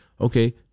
Okay